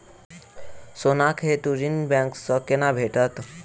सोनाक हेतु ऋण बैंक सँ केना भेटत?